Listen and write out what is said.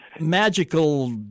magical